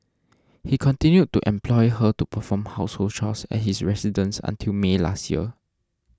he continued to employ her to perform household chores at his residence until May last year